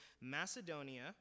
Macedonia